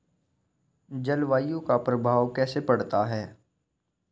जलवायु का प्रभाव कैसे पड़ता है?